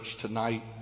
tonight